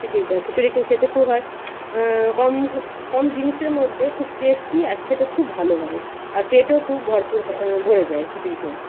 খিচুড়িটা খিচুড়িকে খেতে খুব হয় কম কম জিনিসের মধ্যে খুব টেস্টি আর খেতে খুব ভালো হয় আর পেটও খুব ভরপুর হ ভরে যায় খিচুড়ি খেয়ে